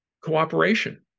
cooperation